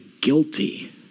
guilty